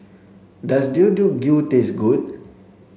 does Deodeok Gui taste good